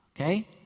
okay